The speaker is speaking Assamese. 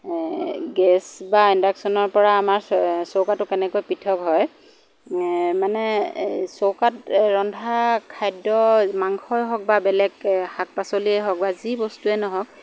এ গেছ বা ইণ্ডাকশ্যনৰ পৰা আমাৰ এ চৌকাটো কেনেকৈ পৃথক হয় মানে চৌকাত ৰন্ধা খাদ্য মাংসই হওক বা বেলেগ শাক পাচলিয়ে হওক বা যি বস্তুৱে নহওক